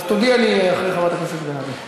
אז תודיע לי אחרי חברת הכנסת בן ארי.